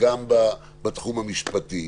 וגם בתחום המשפטי.